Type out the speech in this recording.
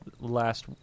last